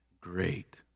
great